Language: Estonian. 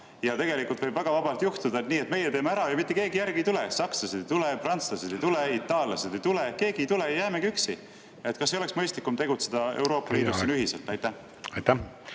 Tegelikult võib väga vabalt juhtuda ka nii, et meie teeme ära ja mitte keegi järgi ei tule: sakslased ei tule, prantslased ei tule, itaallased ei tule, keegi ei tule, jäämegi üksi. Kas ei oleks mõistlikum tegutseda Euroopa Liidus ühiselt? Teie